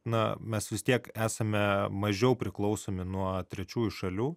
na mes vis tiek esame mažiau priklausomi nuo trečiųjų šalių